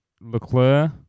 Leclerc